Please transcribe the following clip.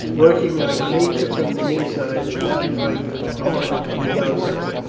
working like nature from the inside, and not like art from the outside.